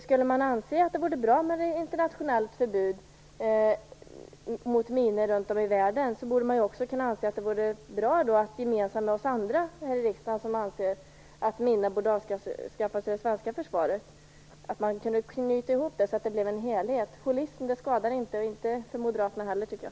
Skulle man anse att det vore bra med ett internationellt förbud mot minor runt om i världen borde man också kunna göra gemensam sak med oss andra här i riksdagen som anser att minorna borde avskaffas i det svenska försvaret och knyta ihop det här till en helhet. Holism skadar inte - inte heller för Moderaterna, tycker jag.